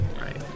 Right